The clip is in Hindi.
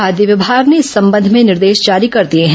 खाद्य विभाग ने इस संबंध में निर्देश जारी कर दिए हैं